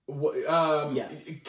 Yes